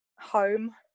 home